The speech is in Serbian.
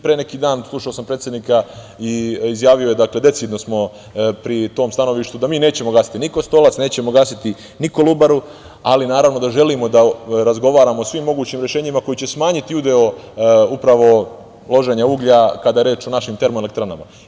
Pre neki dan, slušao sam predsednika, izjavio je decidno smo pri tom stanovištu da mi nećemo gasiti ni Kostolac, ni Kolubaru, ali naravno, da želimo da razgovaramo o svim mogućim rešenjima koji će smanjiti udeo upravo loženja uglja, kada je reč o našim termoelektranama.